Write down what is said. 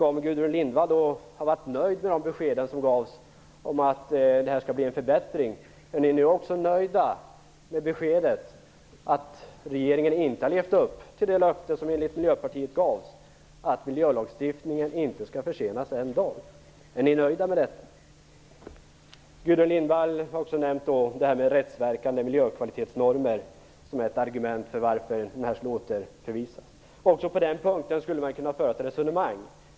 Om Gudrun Lindvall är nöjd med de besked som gavs om att det skall bli en förbättring, är ni då också nöjda med beskedet att regeringen inte har levt upp till det löfte som enligt Miljöpartiet gavs att miljölagstiftningen inte skall försenas en dag? Är ni nöjda med detta? Gudrun Lindvall har också nämnt rättsverkande miljökvalitetsnormer som ett argument till varför förslaget skall återförvisas. Också på den punkten skulle man kunna föra ett resonemang.